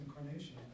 incarnation